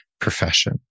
profession